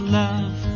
love